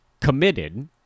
committed